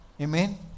Amen